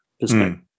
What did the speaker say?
perspective